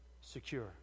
secure